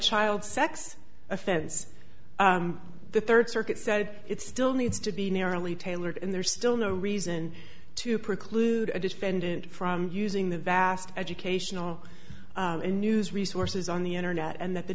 child sex offense the third circuit said it still needs to be narrowly tailored and there's still no reason to preclude a defendant from using the vast educational news resources on the internet and that the